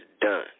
done